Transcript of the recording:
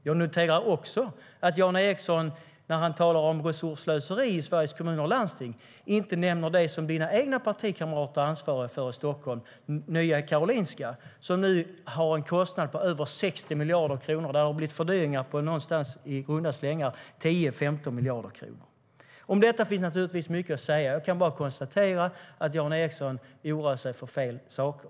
Jag noterar också att Jan Ericson, när han talar om resursslöseri i Sveriges kommuner och landsting, inte nämner det som hans egna partikamrater är ansvariga för i Stockholm, nämligen Nya Karolinska, med en kostnad på över 60 miljarder kronor. Det har blivit fördyringar på i runda slängar 10-15 miljarder kronor. Om detta finns naturligtvis mycket att säga. Jag kan bara konstatera att Jan Ericson oroar sig för fel saker.